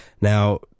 Now